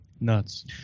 nuts